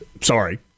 Sorry